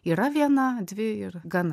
yra viena dvi ir gana